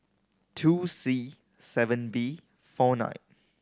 two C seven B four nine